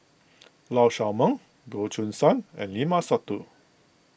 Lee Shao Meng Goh Choo San and Limat Sabtu